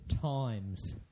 times